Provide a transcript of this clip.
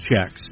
checks